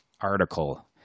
article